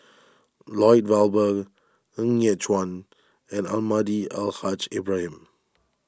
Lloyd Valberg Ng Yat Chuan and Almahdi Al Haj Ibrahim